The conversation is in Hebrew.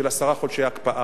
של עשרה חודשי הקפאה.